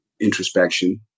introspection